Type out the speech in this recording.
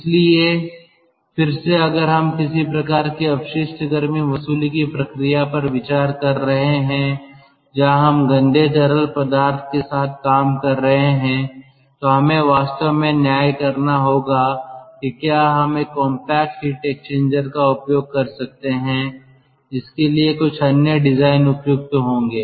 इसलिए फिर से अगर हम किसी प्रकार की अपशिष्ट गर्मी वसूली की प्रक्रिया पर विचार कर रहे हैं जहां हम गंदे तरल पदार्थ के साथ काम कर रहे हैं तो हमें वास्तव में न्याय करना होगा कि क्या हम एक कॉम्पैक्ट हीट एक्सचेंजर का उपयोग कर सकते हैं इसके लिए कुछ अन्य डिजाइन उपयुक्त होंगे